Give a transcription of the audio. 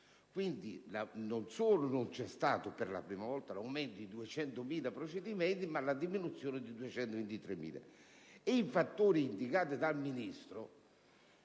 Quindi non solo non c'è stato per la prima volta l'aumento di 200.000 procedimenti, ma la diminuzione di oltre 223.000.